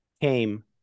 came